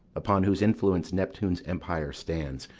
upon whose influence neptune's empire stands,